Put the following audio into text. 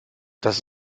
dass